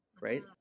right